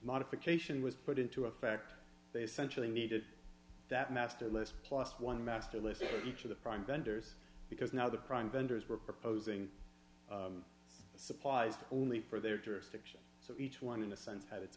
modification was put into effect they centrally needed that master list plus one master list each of the prime vendors because now the prime vendors were proposing supplies only for their jurisdiction so each one in a sense had